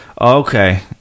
Okay